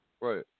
right